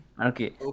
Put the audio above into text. okay